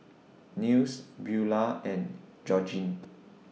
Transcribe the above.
Nils Beula and Georgene